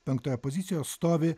penktoje pozicijoje stovi